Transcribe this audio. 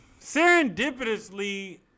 Serendipitously